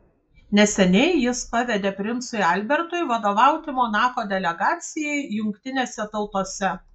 neseniai jis pavedė princui albertui vadovauti monako delegacijai jungtinėse tautose